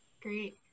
Great